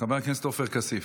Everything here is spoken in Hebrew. חבר הכנסת עופר כסיף.